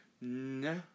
No